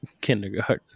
kindergarten